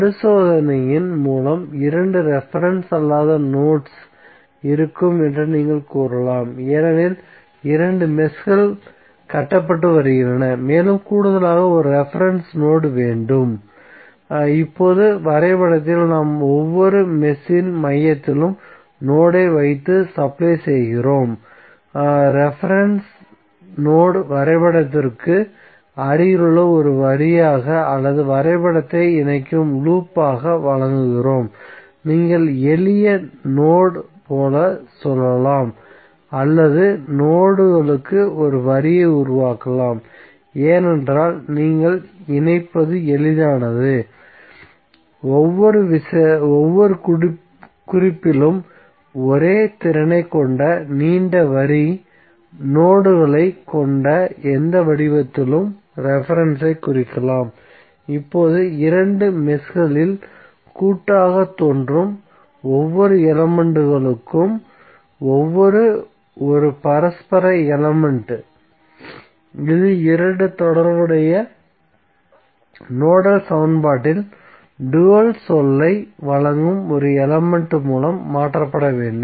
பரிசோதனையின் மூலம் இரண்டு ரெபரென்ஸ் அல்லாத நோட்ஸ் இருக்கும் என்று நீங்கள் கூறலாம் ஏனெனில் இரண்டு மெஷ்கள் கட்டப்பட்டு வருகின்றன மேலும் கூடுதலாக ஒரு ரெபரென்ஸ் நோட் வேண்டும் இப்போது வரைபடத்தில் நாம் ஒவ்வொரு மெஷ் இன் மையத்திலும் நோட் ஐ வைத்து சப்ளை செய்கிறோம் ரெபரென்ஸ் நோட் வரைபடத்திற்கு அருகிலுள்ள ஒரு வரியாக அல்லது வரைபடத்தை இணைக்கும் லூப் ஆக வழங்குகிறோம் நீங்கள் எளிய நோட் போல சொல்லலாம் அல்லது நோட்களுக்கு ஒரு வரியை உருவாக்கலாம் ஏனென்றால் நீங்கள் இணைப்பது எளிதானது ஒவ்வொரு குறிப்பிலும் ஒரே திறனைக் கொண்ட நீண்ட வரி நோட்களைக் கொண்ட எந்த வடிவத்திலும் ரெபரென்ஸ் ஐ குறிக்கலாம் இப்போது இரண்டு மெஷ்களில் கூட்டாகத் தோன்றும் ஒவ்வொரு எலமெண்ட்களும் ஒவ்வொன்றும் ஒரு பரஸ்பர எலமெண்ட் இது இரண்டு தொடர்புடைய நோடல் சமன்பாட்டில் டூயல் சொல்லை வழங்கும் ஒரு எலமெண்ட் மூலம் மாற்றப்பட வேண்டும்